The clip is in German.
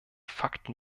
fakten